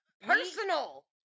Personal